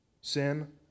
Sin